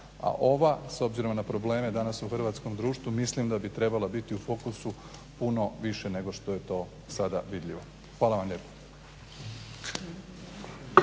A ova s obzirom na probleme danas u hrvatskom društvu mislim da bi trebala biti u fokusu puno više nego što je to sada vidljivo. Hvala vam lijepo.